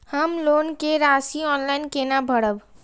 हम लोन के राशि ऑनलाइन केना भरब?